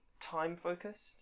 time-focused